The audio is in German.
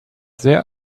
sehr